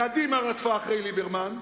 קדימה רדפה אחרי ליברמן,